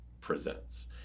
presents